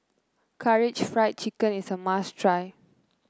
Karaage Fried Chicken is a must try